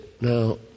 now